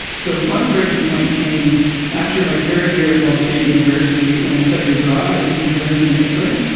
so one breaking point came after my third year at ball state university when i studied abroad in germany, in england,